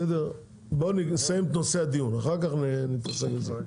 בוא נסיים את נושא הדיון, אחר כך נתעסק בזה.